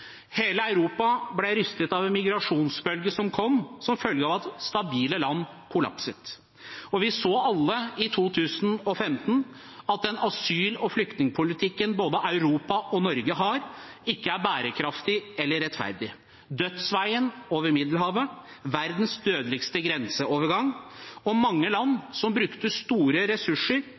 Hele Europa ble rystet av en migrasjonsbølge som kom som følge av at stabile land kollapset. Vi så alle i 2015 at den asyl- og flyktningpolitikken både Europa og Norge har, ikke er bærekraftig eller rettferdig: dødsveien over Middelhavet, verdens dødeligste grenseovergang og mange land som brukte store økonomiske ressurser